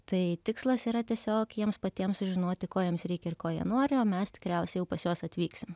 tai tikslas yra tiesiog jiems patiems sužinoti ko jiems reikia ir ko jie nori o mes tikriausiai jau pas juos atvyksim